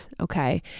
okay